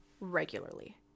regularly